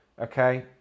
okay